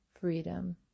freedom